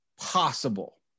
possible